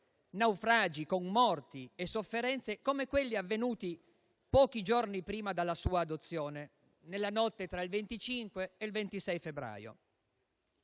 naufragi con morti e sofferenze come quelli avvenuti pochi giorni prima della sua adozione, nella notte tra il 25 e il 26 febbraio.